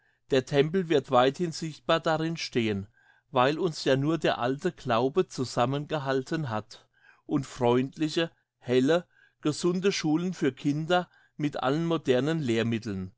der tempel wird weithin sichtbar darin stehen weil uns ja nur der alte glaube zusammengehalten hat und freundliche helle gesunde schulen für kinder mit allen modernen lehrmitteln